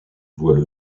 voient